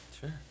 Sure